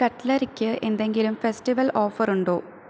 കട്ട്ലറിക്ക് എന്തെങ്കിലും festival offer ഉണ്ടോ